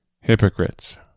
Hypocrites